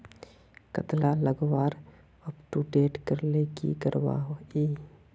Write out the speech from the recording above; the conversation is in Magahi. कतला लगवार अपटूडेट करले की करवा ई?